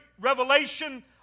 revelation